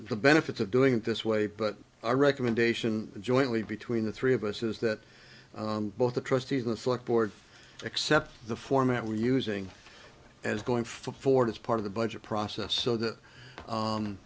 the benefits of doing it this way but our recommendation jointly between the three of us is that both the trustees and slick board accept the format we're using as going forward as part of the budget process so that